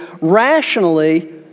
rationally